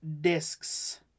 discs